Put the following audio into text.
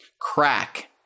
crack